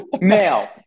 Male